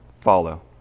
Follow